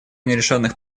нерешенных